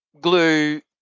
glue